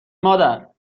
مادر